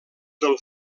del